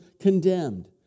condemned